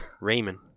Raymond